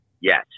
Yes